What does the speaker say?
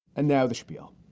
and now the spiel,